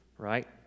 right